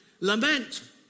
lament